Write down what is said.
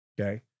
Okay